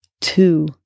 two